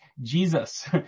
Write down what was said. Jesus